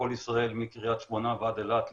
בכל ישראל, מקריית שמונה ועד אילת literally.